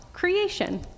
creation